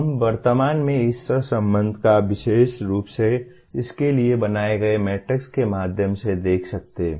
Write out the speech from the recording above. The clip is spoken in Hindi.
हम वर्तमान में इस सह संबंध को विशेष रूप से इसके लिए बनाए गए मैट्रिक्स के माध्यम से देख सकते हैं